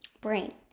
Brain